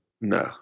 No